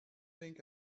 think